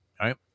right